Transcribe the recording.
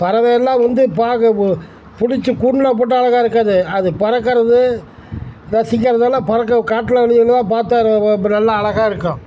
பறவை எல்லாம் வந்து பார்க்க போ பிடிச்சு கூண்டில் போட்டா அழகா இருக்காது அது பறக்கிறது ரசிக்கிறதெல்லாம் பறக்க காட்டில் பார்த்தா நல்லா அழகா இருக்கும்